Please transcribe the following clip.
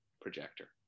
projector